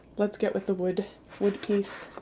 let's get with the wood wood piece,